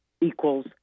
equals